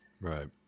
Right